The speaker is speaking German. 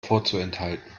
vorzuenthalten